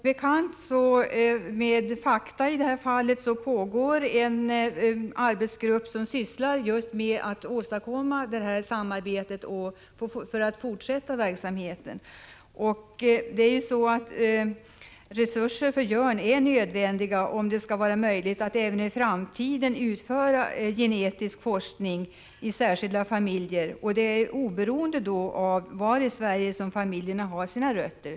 Herr talman! Såvitt det är mig bekant i vad gäller fakta i det här fallet pågår ett arbete inom en arbetsgrupp som har till uppgift att just åstadkomma ett samarbete på detta område, för att den här verksamheten skall kunna fortsätta. Resurser beträffande Jörn är nödvändiga för att det även i framtiden skall vara möjligt att utföra genetisk forskning i särskilda familjer, oberoende av var i Sverige familjerna har sina rötter.